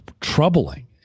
troubling